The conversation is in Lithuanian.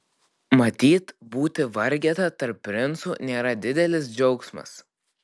matyt būti vargeta tarp princų nėra didelis džiaugsmas